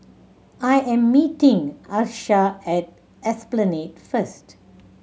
I am meeting Achsah at Esplanade first